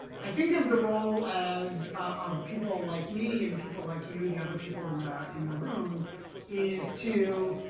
i think of the role as of people like me and people like you, the other people in the in the room is to